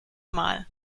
mal